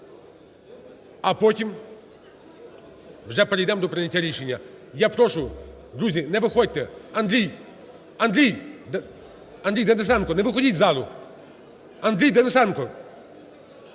А потім вже перейдемо до прийняття рішення. Я прошу, друзі, не виходьте. Андрій! Андрій! Андрій Денисенко, не виходіть з залу! Андрій Денисенко!